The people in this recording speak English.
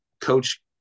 coach